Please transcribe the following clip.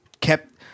kept